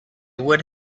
would